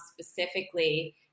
specifically